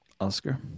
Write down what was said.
Oscar